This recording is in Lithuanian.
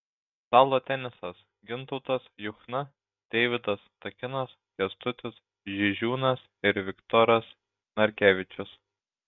stalo tenisas gintautas juchna deividas takinas kęstutis žižiūnas ir viktoras narkevičius